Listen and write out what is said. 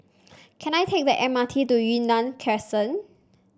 can I take the M R T to Yunnan Crescent